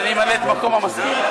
שאני אמלא את מקום המזכיר?